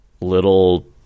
little